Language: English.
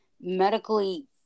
medically